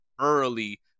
early